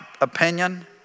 opinion